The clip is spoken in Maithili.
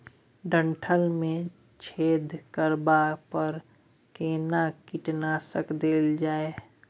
डंठल मे छेद करबा पर केना कीटनासक देल जाय?